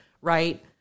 right